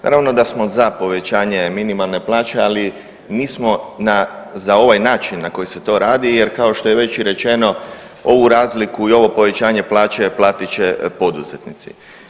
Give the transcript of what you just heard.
Naravno da smo za povećanje minimalne plaće, ali nismo za ovaj način na koji se to radi jer kao što je već i rečeno ovu razliku i ovo povećanje plaće platiti će poduzetnici.